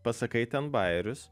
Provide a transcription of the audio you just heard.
pasakai ten bajerius